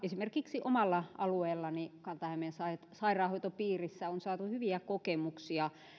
esimerkiksi omalla alueellani kanta hämeen sairaanhoitopiirissä on saatu hyviä kokemuksia